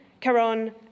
Caron